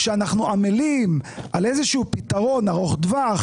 אנחנו עמלים על איזה שהוא פתרון ארוך טווח,